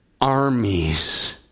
armies